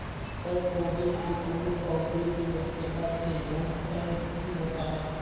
daffodil के फूलों का उपयोग गुलदस्ते आदि में बहुतायत से होता है